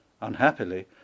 Unhappily